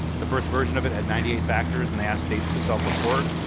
the first version of it had ninety eight factors and they asked states to self-report.